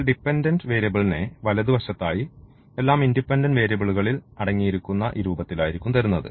ഇതിൽ ഡിപെൻഡൻറ് വേരിയബിൾനെ വലതുവശത്തായി എല്ലാം ഇൻഡിപെൻഡൻറ് വേരിയബിളുകളിൽ അടങ്ങിയിരിക്കുന്ന ഈ രൂപത്തിൽ ആയിരിക്കും തരുന്നത്